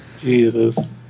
Jesus